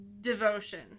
devotion